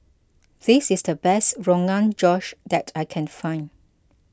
this is the best Rogan Josh that I can find